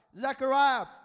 Zechariah